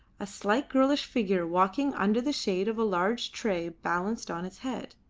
a slight girlish figure walking under the shade of a large tray balanced on its head.